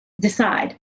decide